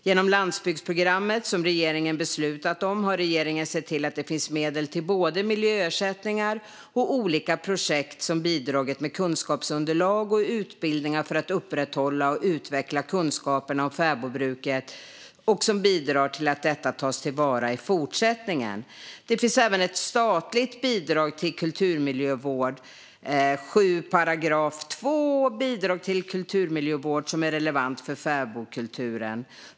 Genom landsbygdsprogrammet som regeringen beslutat om har regeringen sett till att det finns medel till både miljöersättningar och olika projekt som bidragit med kunskapsunderlag och utbildningar för att upprätthålla och utveckla kunskaperna om fäbodbruket och som bidrar till att detta tas till vara i fortsättningen. Det finns även ett statligt bidrag till kulturmiljövård, 7:2 Bidrag till kulturmiljövård , som är relevant för fäbodkulturen.